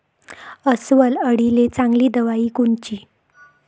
अस्वल अळीले चांगली दवाई कोनची?